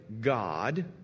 God